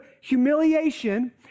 humiliation